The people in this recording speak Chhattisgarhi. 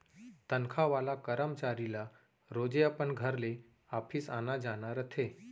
तनखा वाला करमचारी ल रोजे अपन घर ले ऑफिस आना जाना रथे